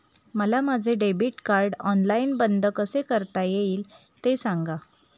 मला माझे debit card online बंद कसे करता येईल, ते सांगा